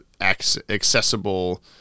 accessible